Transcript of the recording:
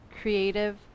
creative